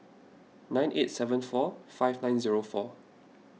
nine eight seven four five nine zero four